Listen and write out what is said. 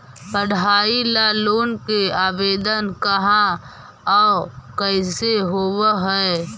पढाई ल लोन के आवेदन कहा औ कैसे होब है?